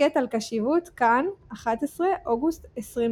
הסכת על קשיבות כאן 11 אוגוסט 2022